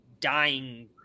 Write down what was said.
dying